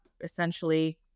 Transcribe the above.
essentially